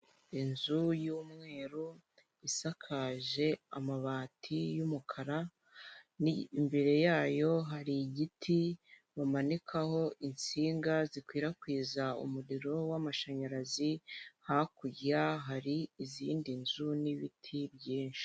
Inzu y'umweru, isakaje amabati y'umukara, imbere yayo hari igiti bamanikaho insinga zikwirakwiza umuriro w'amashanyarazi, hakurya hari izindi nzu n'ibiti byinshi.